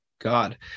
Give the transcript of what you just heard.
God